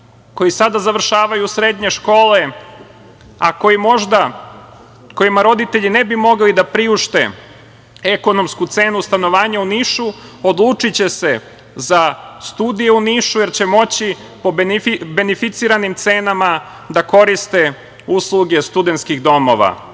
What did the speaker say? koji sada završavaju srednje škole, a kojima možda roditelji ne bi mogli da priušte ekonomsku cenu stanovanja u Nišu, odlučiće se za studije u Nišu, jer će moći po benificiranim cenama da koriste usluge studentskih domova. Drugi